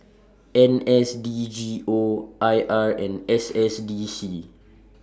N S D G O I R and S S D C